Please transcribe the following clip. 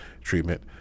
treatment